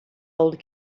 old